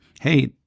hey